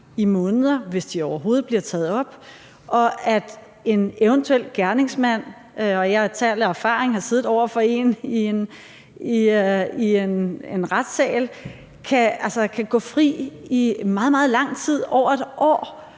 i måneder, hvis de overhovedet bliver taget op, og at en eventuel gerningsmand – og jeg taler af erfaring; jeg har siddet over for en i en retssal – kan gå fri i meget, meget lang tid, over et år,